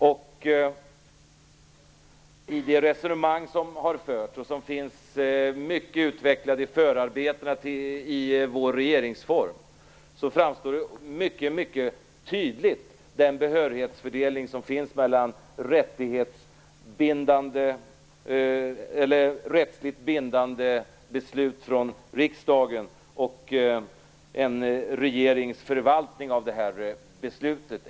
Av det resonemang som har förts, som också finns utvecklat i förarbetena till vår regeringsform, framgår mycket tydligt behörighetsfördelningen mellan rättsligt bindande beslut från riksdagen och en regerings förvaltning av beslutet.